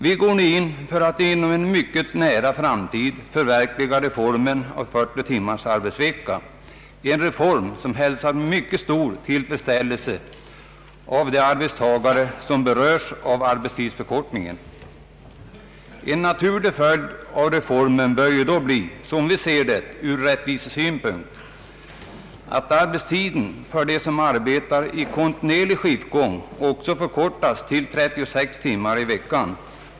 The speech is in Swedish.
Vi går nu in för att inom en mycket nära framtid förverkliga reformen om 40 timmars arbetsvecka, en reform som hälsas med mycket stor tillfredsställelse av de arbetstagare som berörs av arbetstidsförkortningen. En = naturlig följd av reformen bör ju då bli, som vi ser det ur rättvisesynpunkt, att arbetstiden för dem som arbetar i kontinuerlig skiftgång också förkortas till 36 timmar i veckan.